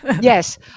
Yes